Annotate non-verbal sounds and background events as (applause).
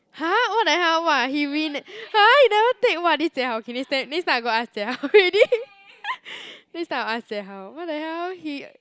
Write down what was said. !huh! what the hell !wah! he win eh !huh! he never take !wah! this Jie-Hao K next time next time I go ask Jie-Hao already (laughs) next time I will ask Jie-Hao what the hell he